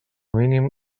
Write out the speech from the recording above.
mínim